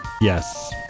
Yes